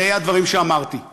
ראה הדברים שאמרתי.